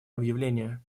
объявление